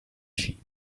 sheep